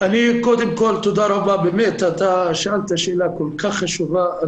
קודם כול, תודה רבה, באמת שאלת שאלה כל כך חשובה.